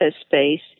space